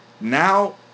Now